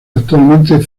actualmente